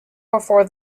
before